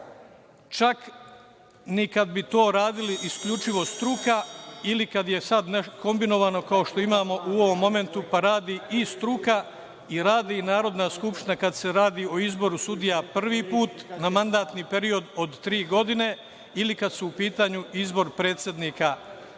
čak ni kada bi to radili isključivo struka ili kada je kombinovano kao što imamo u ovom momentu, pa radi i struka i radi Narodna skupština kada se radi o izboru sudija prvi put na mandatni period od tri godine ili kada je u pitanju izbor predsednika